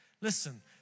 Listen